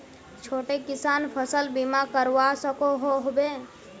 छोटो किसान फसल बीमा करवा सकोहो होबे?